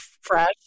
fresh